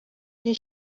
did